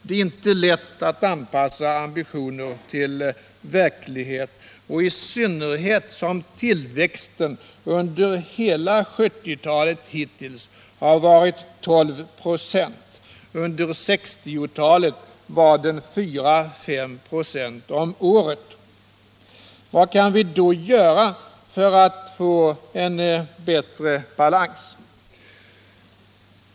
Det är inte lätt att anpassa ambitionerna till verkligheten, i synnerhet som tillväxten under hela 1970-talet hittills har varit 12 926. Under 1960-talet var den 4-5 26 om året. Vad kan vi då göra för att få en bättre balans?